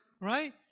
right